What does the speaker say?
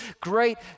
great